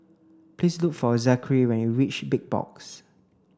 please look for Zachery when you reach Big Box